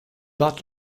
but